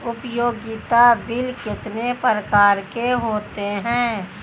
उपयोगिता बिल कितने प्रकार के होते हैं?